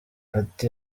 ati